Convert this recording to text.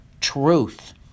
truth